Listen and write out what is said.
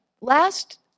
last